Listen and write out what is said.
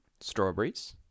Strawberries